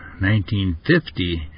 1950